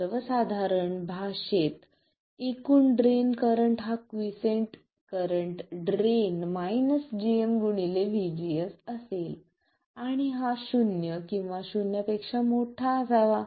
सर्वसाधारण भाषेत एकूण ड्रेन करंट हा quiescent current drain gm vGS असेल आणि हा शून्य किंवा शून्यापेक्षा मोठा असावा